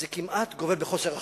זה כמעט גובל בחוסר אחריות.